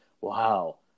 wow